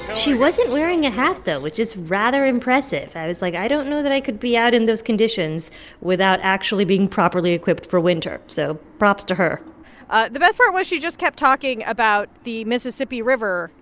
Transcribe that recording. she wasn't wearing a hat, though, which is rather impressive. i was like, i don't know that i could be out in those conditions without actually being properly equipped for winter, so props to her ah the best part was she just kept talking about the mississippi river,